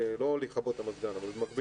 אלא זה לא לכבות את המזגן אלא במקביל